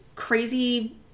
crazy